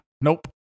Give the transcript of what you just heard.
Nope